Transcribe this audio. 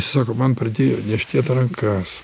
sako man pradėjo niežtėt rankas